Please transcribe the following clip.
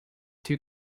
two